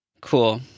Cool